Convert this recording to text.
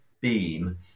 beam